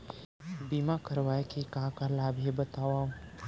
बीमा करवाय के का का लाभ हे बतावव?